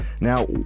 Now